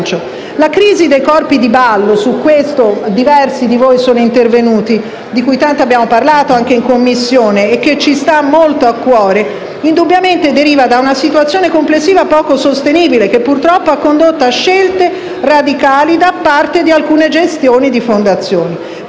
La crisi dei corpi di ballo, su cui diversi senatori sono intervenuti, e di cui tanto abbiamo parlato in Commissione e che ci stanno molto a cuore, indubbiamente deriva da una situazione complessiva poco sostenibile, che purtroppo ha condotto a scelte a radicali da parte di alcune gestioni di fondazioni.